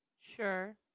sure